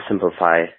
simplify